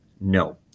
no